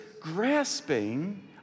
grasping